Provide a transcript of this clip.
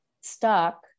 stuck